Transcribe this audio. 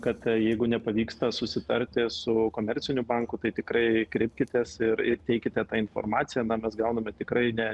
kad jeigu nepavyksta susitarti su komerciniu banku tai tikrai kreipkitės ir ir teikite tą informaciją na mes gauname tikrai ne